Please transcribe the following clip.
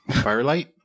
firelight